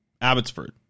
Abbotsford